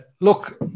look